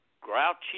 grouchy